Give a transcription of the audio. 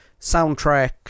soundtrack